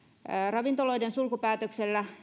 ravintoloiden sulkupäätöksellä